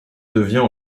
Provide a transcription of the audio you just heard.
devient